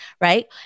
right